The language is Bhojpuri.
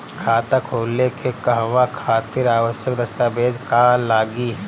खाता खोले के कहवा खातिर आवश्यक दस्तावेज का का लगी?